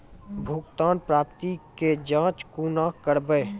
भुगतान प्राप्ति के जाँच कूना करवै?